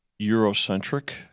Eurocentric